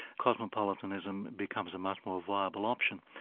cosmopolitanism becomes a much more viable option.